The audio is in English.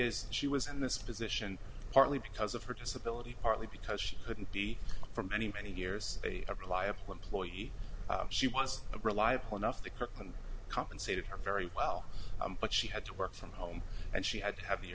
is she was in this position partly because of her disability partly because she couldn't be for many many years a reliable employee she was a reliable enough to kirkland compensated her very well but she had to work from home and she had to have the